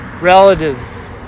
relatives